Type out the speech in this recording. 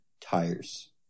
tires